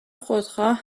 خودخواه